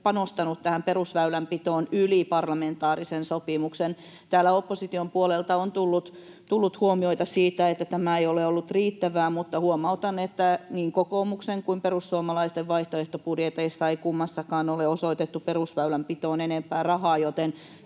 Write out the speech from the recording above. panostanut tähän perusväylänpitoon yli parlamentaarisen sopimuksen. Täällä opposition puolelta on tullut huomioita siitä, että tämä ei ole ollut riittävää, mutta huomautan, että niin kokoomuksen kuin perussuomalaisten vaihtoehtobudjeteissa ei kummassakaan ole osoitettu perusväylänpitoon enempää rahaa,